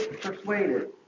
persuaded